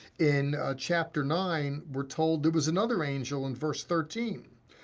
in chapter nine, we're told it was another angel in verse thirteen,